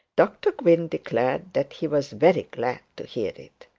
dr gwynne declared that he was very glad to hear it.